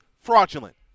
fraudulent